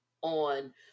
on